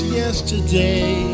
yesterday